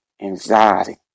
anxiety